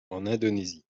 indonésie